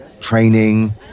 training